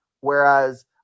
whereas